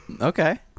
Okay